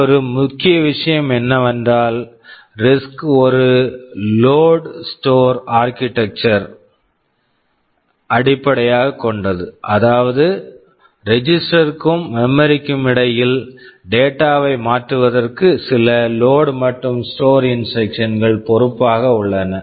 மற்றொரு முக்கிய விஷயம் என்னவென்றால் ரிஸ்க் RISC ஒரு load load store store architecture architecture ஐ அடிப்படையாகக் கொண்டது அதாவது ரெஜிஸ்டர் register களுக்கும் மெமரி memory க்கும் இடையில் டேட்டா data வை மாற்றுவதற்கு சில லோட் load மற்றும் ஸ்டோர் store இன்ஸ்ட்ரக்சன் instructions கள் பொறுப்பாக உள்ளன